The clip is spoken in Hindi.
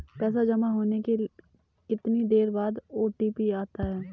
पैसा जमा होने के कितनी देर बाद ओ.टी.पी आता है?